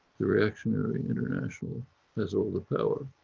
the reactionary international has all the power.